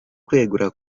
kwegura